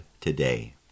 today